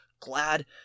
glad